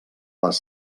les